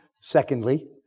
secondly